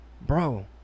bro